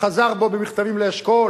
חזר בו במכתבים לאשכול.